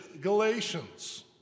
Galatians